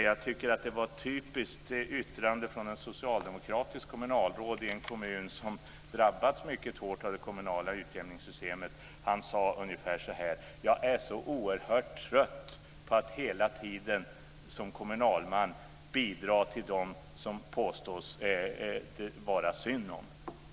Jag tycker att det var ett typiskt yttrande från ett socialdemokratiskt kommunalråd i en kommun som drabbats mycket hårt av det kommunala utjämningssystemet. Han sade ungefär så här: Jag är så oerhört trött på att hela tiden som kommunalman bidra till dem som det påstås vara synd om.